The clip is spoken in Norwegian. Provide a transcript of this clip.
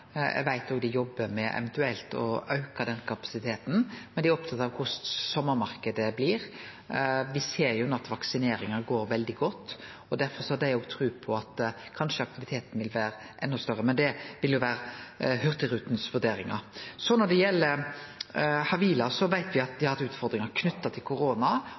Eg veit dei òg jobbar med eventuelt å auke den kapasiteten, men dei er opptatt av korleis sommarmarknaden blir. Me ser no at vaksineringa går veldig godt, og derfor har dei òg tru på at aktiviteten kanskje vil vere enda større, men det vil vere Hurtigrutens vurderingar. Når det gjeld Havila, veit me at dei har hatt utfordringar knytte til